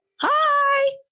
Hi